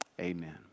Amen